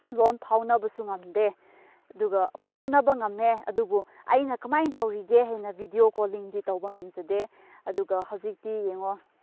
ꯂꯣꯟ ꯐꯥꯎꯅꯕꯁꯨ ꯉꯝꯗꯦ ꯑꯗꯨꯒ ꯐꯥꯎꯅꯕ ꯉꯝꯃꯦ ꯑꯗꯨꯕꯨ ꯑꯩꯅ ꯀꯃꯥꯏꯅ ꯇꯧꯔꯤꯒꯦ ꯍꯥꯏꯅ ꯚꯤꯗꯤꯑꯣ ꯀꯣꯂꯤꯡꯗꯤ ꯇꯧꯕ ꯉꯝꯖꯗꯦ ꯑꯗꯨꯒ ꯍꯧꯖꯤꯛꯇꯤ ꯌꯦꯡꯉꯣ